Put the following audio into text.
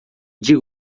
diga